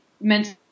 mental